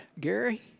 Gary